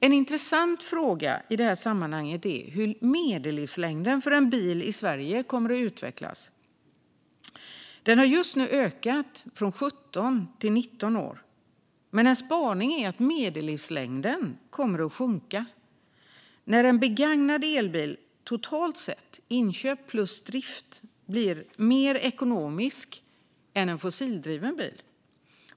En intressant fråga i detta sammanhang är hur medellivslängden för en bil i Sverige kommer att utvecklas. Den har just nu ökat från 17 till 19 år, men en spaning är att medellivslängden kommer att sjunka när en begagnad elbil totalt sett, sett till inköp plus drift, blir mer ekonomisk än en fossildriven bil.